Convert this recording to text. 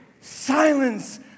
Silence